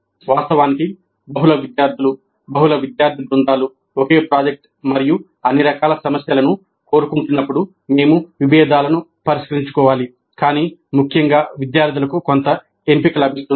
వాస్తవానికి బహుళ విద్యార్థులు బహుళ విద్యార్థి బృందాలు ఒకే ప్రాజెక్ట్ మరియు అన్ని రకాల సమస్యలను కోరుకుంటున్నప్పుడు మేము విభేదాలను పరిష్కరించుకోవాలి కాని ముఖ్యంగా విద్యార్థులకు కొంత ఎంపిక లభిస్తుంది